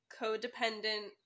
codependent